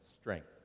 strength